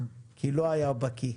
כי הוא לא היה בקי,